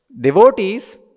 devotees